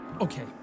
Okay